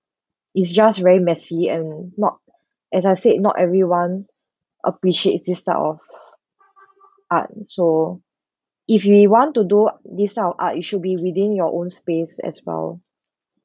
is just very messy and not as I said not everyone appreciates this type of art uh so if we want to do this type of art it should be within your own space as well